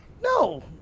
No